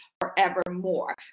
forevermore